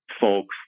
folks